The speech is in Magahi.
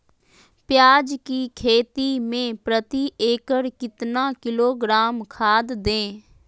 प्याज की खेती में प्रति एकड़ कितना किलोग्राम खाद दे?